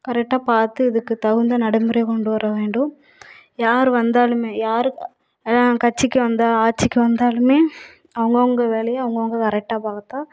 கரெக்டாக பார்த்து இதுக்கு தகுந்த நடைமுறை கொண்டு வர வேண்டும் யார் வந்தாலுமே யார் கட்சிக்கு வந்தால் ஆட்சிக்கு வந்தாலுமே அவங்கவுங்க வேலயை அவங்கவுங்க கரெக்டாக பார்த்தா